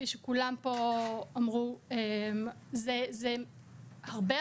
זה הרבה,